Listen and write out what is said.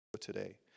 today